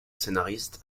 scénariste